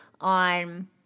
on